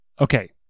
Okay